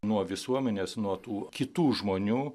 nuo visuomenės nuo tų kitų žmonių